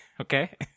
okay